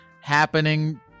happening